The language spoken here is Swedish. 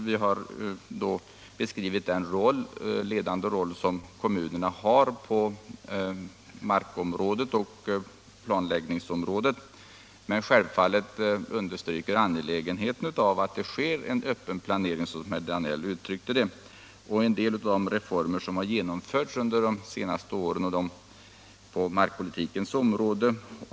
Vi har då beskrivit den ledande roll som kommunerna har på markoch planläggningsområdet. Självfallet understryker vi angelägenheten av att det sker en öppen planering, som herr Danell uttryckte det. En del reformer har genomförts under de senaste åren på markpolitikens område.